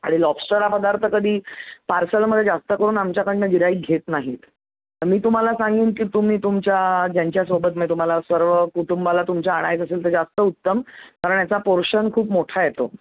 आणि लॉबस्टर हा पदार्थ कधी पार्सलमध्ये जास्त करून आमच्याकडनं गिऱ्हाईक घेत नाहीत तर मी तुम्हाला सांगेन की तुम्ही तुमच्या ज्यांच्यासोबत म्हणजे तुम्हाला सर्व कुटुंबाला तुमच्या आणायचं असेल तर जास्त उत्तम कारण याचा पोर्शन खूप मोठा येतो